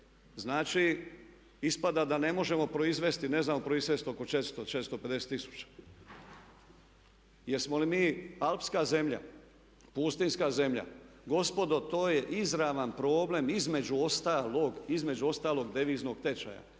Znači ispada da ne možemo proizvesti, ne znamo proizvesti oko 400, 450 tisuća. Jesmo li mi alpska zemlja, pustinjska zemlja? Gospodo to je izravan problem između ostalog deviznog tečaja.